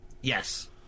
Yes